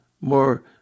more